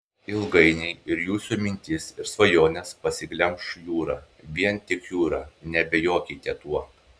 ilgainiui ir jūsų mintis ir svajones pasiglemš jūra vien tik jūra neabejokite tuo